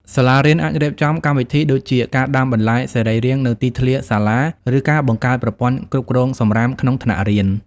សាលារៀនអាចរៀបចំកម្មវិធីដូចជា ការដាំបន្លែសរីរាង្គនៅទីធ្លាសាលា ឬការបង្កើតប្រព័ន្ធគ្រប់គ្រងសំរាមក្នុងថ្នាក់រៀន។